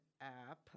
app